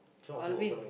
Alvin